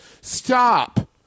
stop